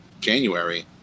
January